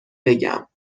بگم